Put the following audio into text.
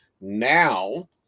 Now